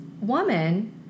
woman